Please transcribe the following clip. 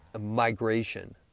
migration